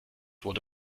wurde